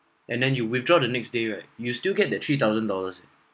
and then you withdraw the next day right you still get the three thousand dollars